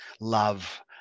love